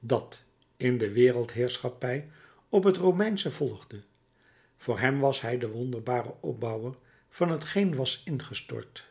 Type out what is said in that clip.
dat in de wereldheerschappij op het romeinsche volgde voor hem was hij de wonderbare opbouwer van hetgeen was ingestort